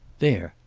there,